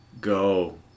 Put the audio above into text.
go